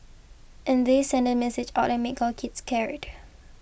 and they send message out and make our kids scared